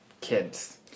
kids